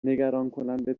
نگرانکننده